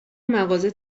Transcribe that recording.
مغازه